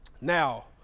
now